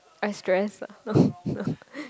I stress